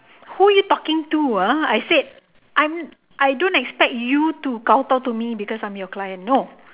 who you talking to ah I said I I don't expect you to kowtow to me because I am your client know